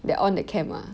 they're on the cam mah